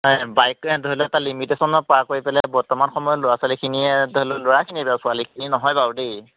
বাইকেৰে ধৰি লওক এটা লিমিটেচনত পাৰ কৰি লৈ পেলাই বৰ্তমান ল'ৰা ছোৱালীখিনিয়ে ধৰি লওক ল'ৰাখিনিয়ে ছোৱালীখিনি নহয় বাৰু দেই